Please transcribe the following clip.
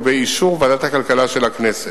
ובאישור ועדת הכלכלה של הכנסת.